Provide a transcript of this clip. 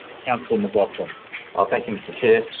councillor mclachlan ah thank you, mr chair.